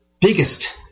biggest